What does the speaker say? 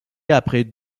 après